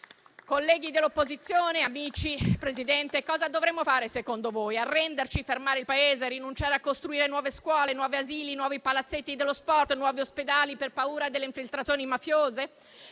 Colleghi dell'opposizione, amici, signor Presidente, cosa dovremmo fare, secondo voi? Arrenderci? Fermare il Paese? Rinunciare a costruire nuove scuole, nuovi asili, nuovi palazzetti dello sport, nuovi ospedali, per paura delle infiltrazioni mafiose?